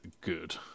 good